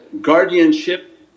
guardianship